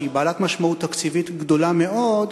שהיא בעלת משמעות תקציבית גדולה מאוד,